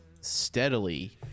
steadily